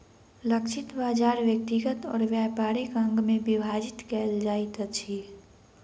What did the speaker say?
लक्षित बाजार व्यक्तिगत और व्यापारिक अंग में विभाजित कयल जाइत अछि